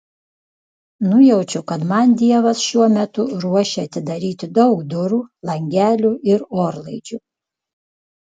nujaučiu kad man dievas šiuo metu ruošia atidaryti daug durų langelių ir orlaidžių